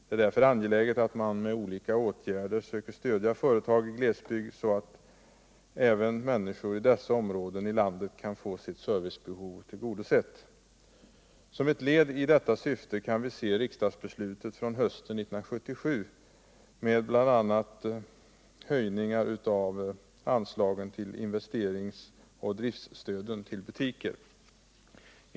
Det är därför angeläget att man med olika åtgärder söker stödja företag i glesbyd, så att även människor i dessa områden i landet kan få sitt servicebehov tillgodosett. Som ett led i detta syfte kan vi se riksdagsbeslutet från hösten 1977 med bl.a. ökat investerings och driftstöd till butiker.